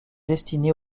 destinés